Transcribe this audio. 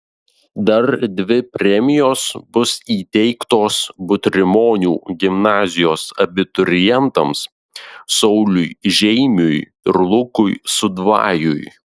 dar dvi premijos bus įteiktos butrimonių gimnazijos abiturientams sauliui žeimiui ir lukui sudvajui